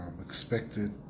expected